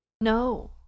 No